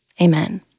Amen